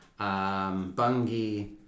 Bungie